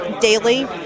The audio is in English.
daily